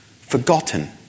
forgotten